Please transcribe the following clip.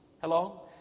Hello